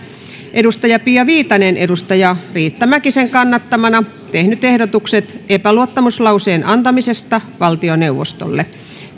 pia viitanen riitta mäkisen kannattamana tehneet ehdotukset epäluottamuslauseen antamisesta valtioneuvostolle